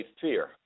fear